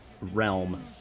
realm